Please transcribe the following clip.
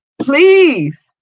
Please